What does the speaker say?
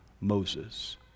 Moses